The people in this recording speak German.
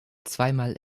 zweimal